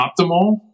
optimal